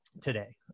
today